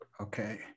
okay